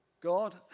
God